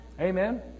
Amen